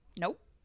Nope